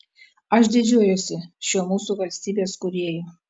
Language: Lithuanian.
aš didžiuojuosi šiuo mūsų valstybės kūrėju